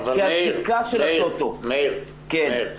כי הזיקה של הטוטו --- מאיר,